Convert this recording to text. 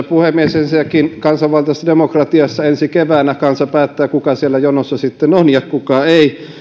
puhemies ensinnäkin kansanvaltaisessa demokratiassa ensi keväänä kansa päättää kuka siellä jonossa sitten on ja kuka ei